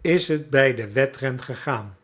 is het bij den wedren gegaan